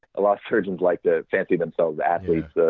a lot surgeons like to fancy themselves athletes,